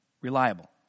reliable